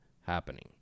happening